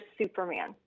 Superman